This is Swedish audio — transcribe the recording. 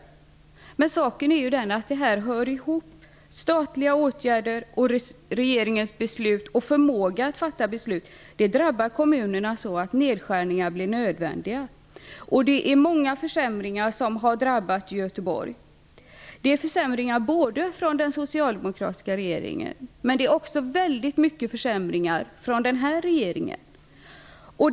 Saken är emellertid den att detta hör ihop. Statliga åtgärder, regeringens beslut och förmåga att fatta beslut drabbar kommunerna så, att nedskärningar blir nödvändiga. Det är många försämringar som har drabbat Göteborg. Det är försämringar från den socialdemokratiska regeringens tid och också väldigt mycket försämringar från den här regeringens tid.